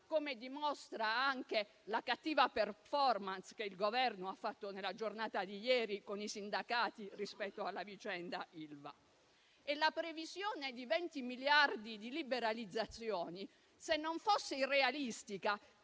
come dimostra anche la cattiva *performance* che il Governo ha fatto nella giornata di ieri con i sindacati rispetto alla vicenda Ilva. Inoltre, la previsione di 20 miliardi di liberalizzazioni, se non fosse irrealistica,